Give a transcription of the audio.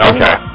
Okay